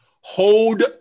Hold